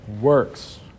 Works